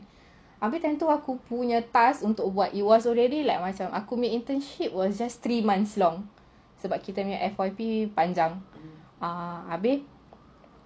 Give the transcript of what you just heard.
abeh time tu aku punya task untuk buat it was already aku punya internship was just three months long sebab kita punya F_Y_P panjang abeh